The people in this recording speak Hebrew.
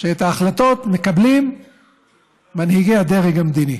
שאת ההחלטות מקבלים מנהיגי הדרג המדיני